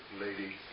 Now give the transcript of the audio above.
lady